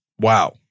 wow